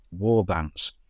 warbands